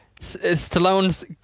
Stallone's